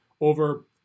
over